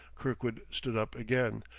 kirkwood stood up again,